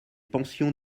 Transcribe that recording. pensions